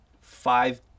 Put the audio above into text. five